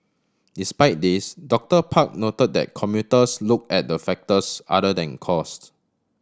despite this Doctor Park note that commuters look at the factors other than costs